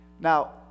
Now